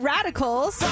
Radicals